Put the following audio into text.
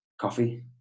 coffee